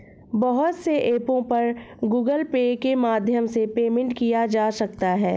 बहुत से ऐपों पर गूगल पे के माध्यम से पेमेंट किया जा सकता है